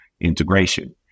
integration